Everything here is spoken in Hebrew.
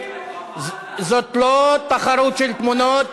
זו לא תחרות של תמונות.